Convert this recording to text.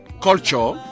culture